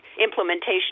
implementation